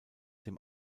dem